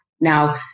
Now